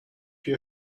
your